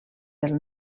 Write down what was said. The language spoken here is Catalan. del